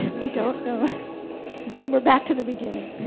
we don't know we're back to the beginning.